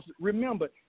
Remember